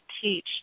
teach